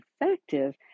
effective